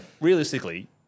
Realistically